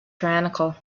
tyrannical